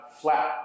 flat